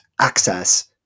access